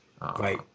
Right